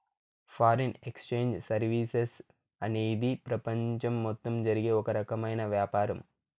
foreign exchange services అనేది ప్రపంచం మొత్తం జరిగే ఓ రకమైన వ్యాపారం